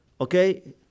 okay